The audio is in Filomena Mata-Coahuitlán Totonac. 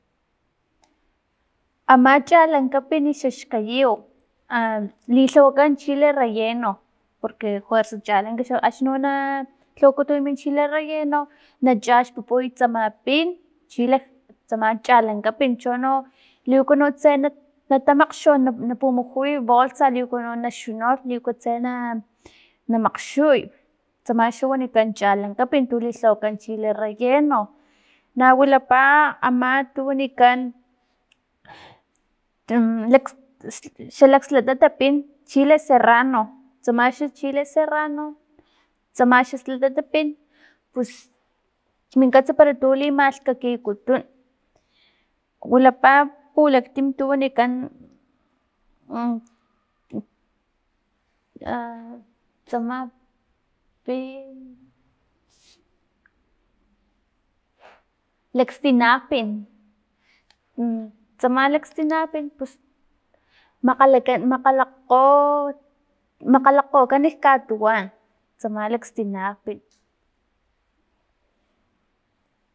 Ama chalankapin xax kayiw lilhaeakan chile relleno, porque kuesa chalan axni no na lhawakutun min chile relleno na chaxpupuy tsama pin chile tsama chalankapin chono liuku no tse na- na tamaxtuk na pumujuy kbolsa liuku no xa xunu liuko no tse na- na makxuy tsama xa wanikan chalankapin tu li lhawakan chile rrelleno, na wilapa ama tu wanikan the lhe xa lakgslatata pin chile serrano tsama xak chile serrano, slatata pin, pus min kats para tu malhkakikutan, wilapa pulaktim ti wanikan tsama pin pus makgalakan makga makgalakgokan katuwa tsama lakstina pin